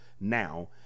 now